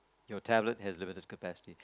your tablet has limited capacity